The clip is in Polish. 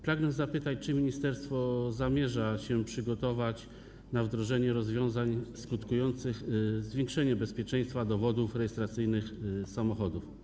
Pragnę zapytać, czy ministerstwo zamierza się przygotować na wdrożenie rozwiązań skutkujących zwiększeniem bezpieczeństwa dowodów rejestracyjnych samochodów.